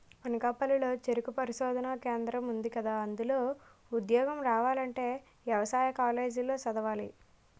అనకాపల్లి లో చెరుకు పరిశోధనా కేంద్రం ఉందికదా, అందులో ఉద్యోగం రావాలంటే యవసాయ కాలేజీ లో చదవాలి